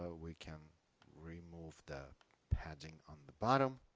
ah we can remove the padding on the bottom